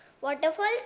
waterfalls